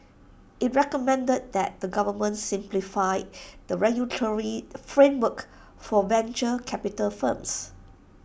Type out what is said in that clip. IT recommended that the government simplify the regulatory framework for venture capital firms